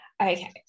Okay